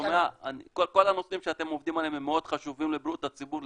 כל הנושאים שאתם עובדים עליהם הם מאוד חשובים לבריאות הציבור,